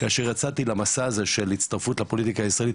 כאשר יצאתי למסע הזה של הצטרפות לפוליטיקה הישראלית,